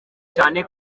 cyane